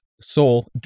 soul